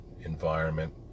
environment